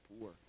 poor